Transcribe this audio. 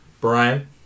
Brian